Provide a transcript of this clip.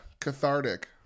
cathartic